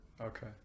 Okay